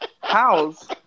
House